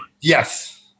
Yes